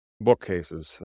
Bookcases